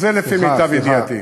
זה לפי מיטב ידיעתי.